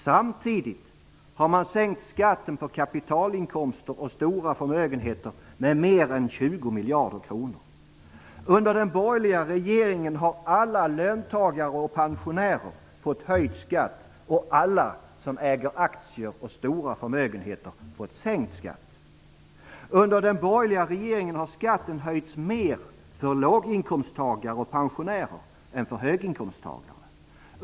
Samtidigt har man sänkt skatten på kapitalinkomster och stora förmögenheter med mer än 20 miljarder kronor. Under den borgerliga regeringen har alla löntagare och pensionärer fått höjd skatt, och alla som äger aktier och stora förmögenheter sänkt skatt. Under den borgerliga regeringen har skatten höjts mer för låginkomsttagare och pensionärer än för höginkomsttagare.